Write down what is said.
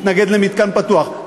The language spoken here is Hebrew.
מתנגד למתקן פתוח,